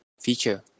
feature